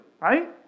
right